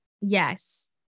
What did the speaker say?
Yes